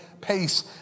pace